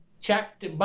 chapter